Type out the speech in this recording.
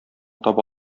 таба